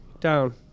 down